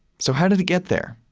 so how did it get there?